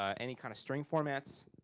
ah any kind of string formats.